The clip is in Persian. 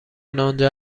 آنجا